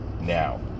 now